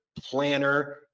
planner